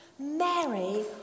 Mary